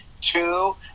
two